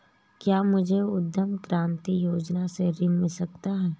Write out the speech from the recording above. क्या मुझे उद्यम क्रांति योजना से ऋण मिल सकता है?